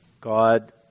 God